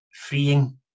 freeing